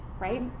Right